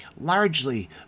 largely